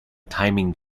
timing